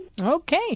Okay